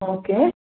okay